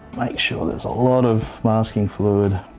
make sure there's a lot of masking fluid.